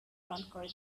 conquer